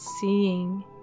seeing